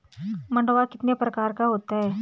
मंडुआ कितने प्रकार का होता है?